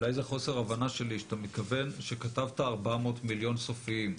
אולי זה חוסר הבנה שלי כשכתבת 400 מיליון סופיים,